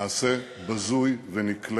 מעשה בזוי ונקלה